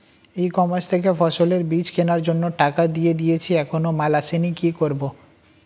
E commerce থেকে ফসলের বীজ কেনার জন্য টাকা দিয়ে দিয়েছি এখনো মাল আসেনি কি করব?